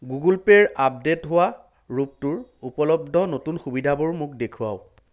Google Pay ৰ update হোৱা ৰূপটোৰ উপলব্ধ নতুন সুবিধাবোৰ মোক দেখুৱাওক